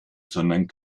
sondern